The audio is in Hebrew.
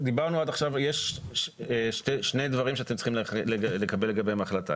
יש שני דברים שאתם צריכים לקבל לגביהם החלטה.